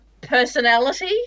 personality